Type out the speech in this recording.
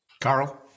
Carl